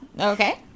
Okay